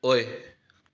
ꯑꯣꯏ